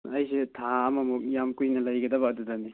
ꯑꯩꯁꯦ ꯊꯥ ꯑꯃꯃꯨꯛ ꯌꯥꯝ ꯀꯨꯏꯅ ꯂꯩꯒꯗꯕ ꯑꯗꯨꯗꯅꯤ